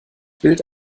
bild